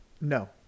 No